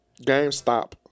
GameStop